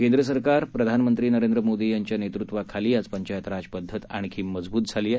केंद्र सरकार प्रधानमंत्री नरेंद्र मोदी यांच्या नेतृत्वाखाली आज पंचायत राज पदधत आणखी मजबूत झाली आहे